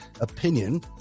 opinion